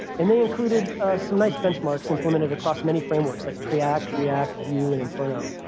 and they included some nice benchmarks implemented across many frameworks, like preact, react, view, and inferno.